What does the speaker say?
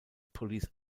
police